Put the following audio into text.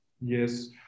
Yes